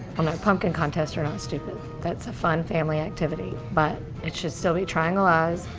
oh no, pumpkin contests are not stupid, that's a fun family activity. but, it should still be triangle eyes,